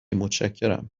متشکرم